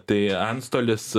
tai antstolis